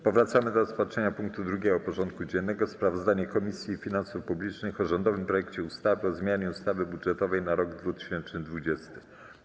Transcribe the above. Powracamy do rozpatrzenia punktu 2. porządku dziennego: Sprawozdanie Komisji Finansów Publicznych o rządowym projekcie ustawy o zmianie ustawy budżetowej na rok 2020.